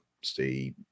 stay